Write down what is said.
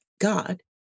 God